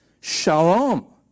Shalom